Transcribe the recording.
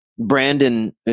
Brandon